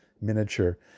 miniature